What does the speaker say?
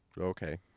Okay